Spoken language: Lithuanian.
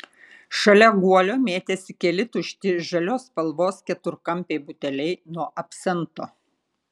šalia guolio mėtėsi keli tušti žalios spalvos keturkampiai buteliai nuo absento